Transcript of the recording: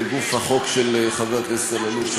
לגוף החוק של חבר הכנסת אלאלוף,